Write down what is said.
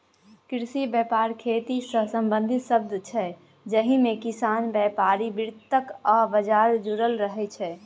कृषि बेपार खेतीसँ संबंधित शब्द छै जाहिमे किसान, बेपारी, बितरक आ बजार जुरल रहय छै